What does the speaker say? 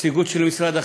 נציגות של משרד החינוך,